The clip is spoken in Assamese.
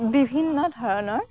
বিভিন্ন ধৰণৰ